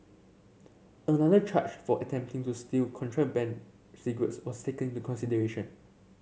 another charge for attempting to steal contraband cigarettes was taken to consideration